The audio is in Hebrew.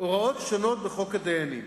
הוראות שונות בחוק הדיינים.